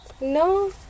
no